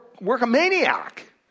work-a-maniac